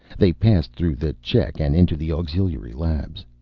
they passed through the check and into the auxiliary labs.